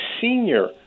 senior